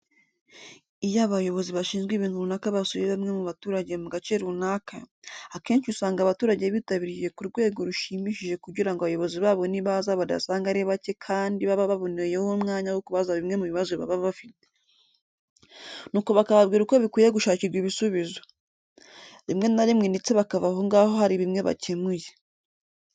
Iyo abayobozi bashinzwe ibintu runaka basuye bamwe mu baturage mu gace runaka, akenshi usanga abaturage bitabiriye ku rwego rushimishije kugira ngo abayobozi babo nibaza badasanga ari bake kandi baba banaboneyeho umwanya wo kubaza bimwe mu bibazo baba bafite, nuko bakababwira uko bikwiye gushakirwa ibisubizo. Rimwe na rimwe ndetse bakava aho ngaho hari bimwe bakemuye.